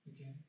Okay